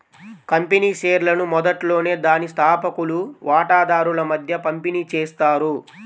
company షేర్లను మొదట్లోనే దాని స్థాపకులు వాటాదారుల మధ్య పంపిణీ చేస్తారు